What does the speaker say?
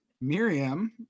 Miriam